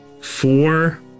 four